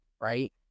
right